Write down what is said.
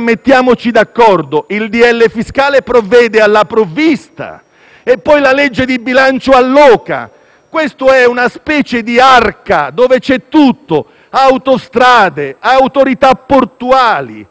Mettiamoci d'accordo allora; il decreto-legge fiscale provvede alla provvista e poi la legge di bilancio alloca. Questo provvedimento è una specie di arca dove c'è tutto: autostrade, autorità portuali,